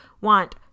want